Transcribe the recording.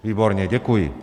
Výborně, děkuji.